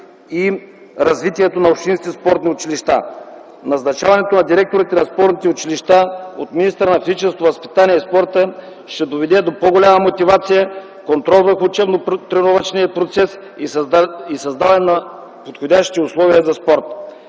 и развитието на общинските спортни училища. Назначаването на директорите на спортните училища от министъра на физическото възпитание и спорта ще доведе до по-голяма мотивация, контрол върху учебно-тренировъчния процес и създаване на подходящи условия за спорт.